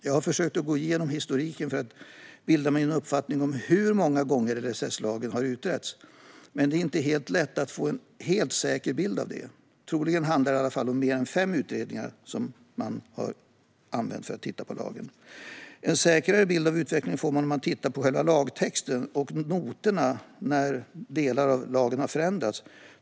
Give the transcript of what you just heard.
Jag har försökt gå igenom historiken för att bilda mig en uppfattning om hur många gånger LSS har utretts, men det är inte lätt att få en helt säker bild av det. Troligen handlar det om fler än fem utredningar som har tittat på lagen. En säkrare bild av utvecklingen får man om man tittar på själva lagtexten och noterna för när delar av lagen har förändrats.